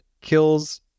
kills